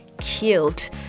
killed